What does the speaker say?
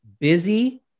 busy